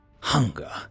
hunger